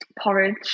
porridge